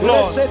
Lord